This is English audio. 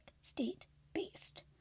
State-based